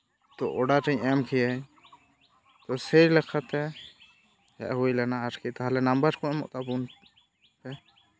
ᱛᱚ ᱚᱰᱟᱨᱤᱧ ᱮᱢ ᱠᱤᱭᱟᱹᱧ ᱛᱚ ᱥᱮᱹᱭ ᱞᱮᱠᱟᱛᱮ ᱦᱮᱡ ᱦᱩᱭ ᱞᱮᱱᱟ ᱟᱨᱠᱤ ᱛᱟᱦᱚᱞᱮ ᱱᱟᱢᱵᱟᱨ ᱠᱚ ᱮᱢᱚᱜ ᱛᱟᱵᱚᱱ ᱯᱮ